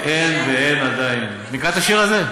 ואין ואין עדיין" מכירה את השיר הזה?